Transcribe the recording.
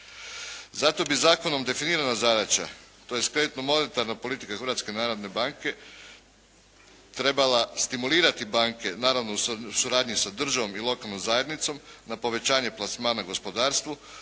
Zato bi zakonom definirana zadaća, tj. kreditno-monetarna politika Hrvatske narodne banke trebala stimulirati banke naravno u suradnji sa državom i lokalnom zajednicom na povećanje plasmana gospodarstvu